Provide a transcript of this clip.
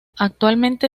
actualmente